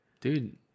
Dude